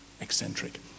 eccentric